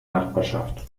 nachbarschaft